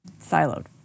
siloed